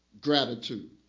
gratitude